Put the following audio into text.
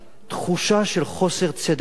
תחושה של חוסר צדק חברתי,